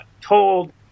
told